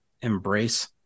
Embrace